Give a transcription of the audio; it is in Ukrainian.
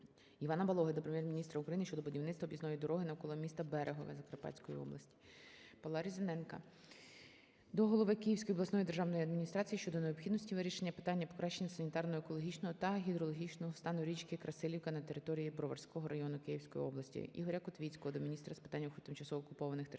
Івана Балоги до Прем'єр-міністра України щодо будівництва об'їзної дороги навколо міста Берегове Закарпатської області. Павла Різаненка до голови Київської обласної державної адміністрації щодо необхідності вирішення питання покращення санітарно-екологічного та гідрологічного стану річки Красилівка на території Броварського району Київської області. Ігоря Котвіцького до Міністра з питань тимчасово окупованих територій